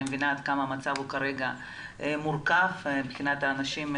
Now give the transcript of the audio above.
מבינה עד כמה המצב כרגע מורכב מבחינת האנשים,